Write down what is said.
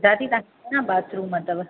दादा तव्हांखे केतिरा बाथरूम अथव